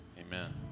amen